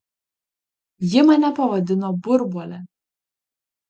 ji mane pavadino burbuole